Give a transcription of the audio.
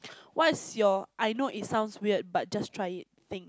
what's your I know it sounds weird but just try it thank